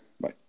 Bye